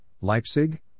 Leipzig